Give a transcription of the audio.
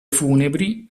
funebri